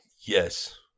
Yes